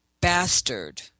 bastard